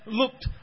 looked